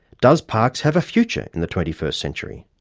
does parkes have a future in the twenty first century?